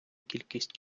кількість